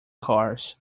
cars